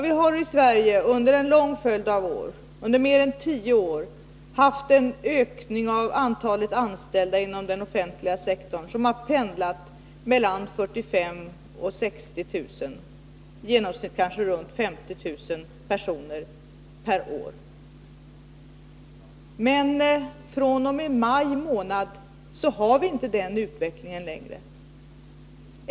Vi har i Sverige under en lång följd av år — mer än tio år — haft en ökning av antalet anställda inom den offentliga sektorn som har pendlat mellan 45 000 och 60 000 — i genomsnitt kanske 50 000 per år. Men fr.o.m. maj månad 1980 har vi inte den utvecklingen längre.